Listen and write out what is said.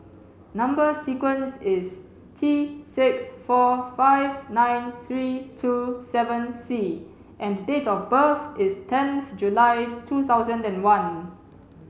number sequence is T six four five nine three two seven C and date of birth is tenth July two thousand and one